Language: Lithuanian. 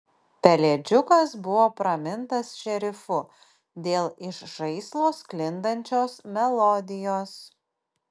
pelėdžiukas buvo pramintas šerifu dėl iš žaislo sklindančios melodijos